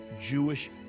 Jewish